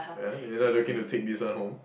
yeah you not looking to take this one home